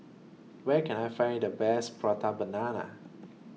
Where Can I Find The Best Prata Banana